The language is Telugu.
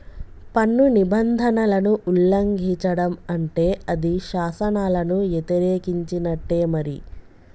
పన్ను నిబంధనలను ఉల్లంఘిచడం అంటే అది శాసనాలను యతిరేకించినట్టే మరి